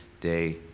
day